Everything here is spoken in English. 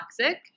toxic